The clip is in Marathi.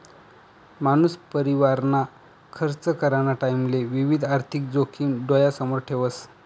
मानूस परिवारना खर्च कराना टाईमले विविध आर्थिक जोखिम डोयासमोर ठेवस